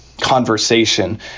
conversation